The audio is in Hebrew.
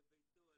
לביתו,